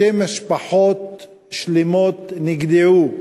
שתי משפחות שלמות נגדעו,